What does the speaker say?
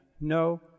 no